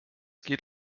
geht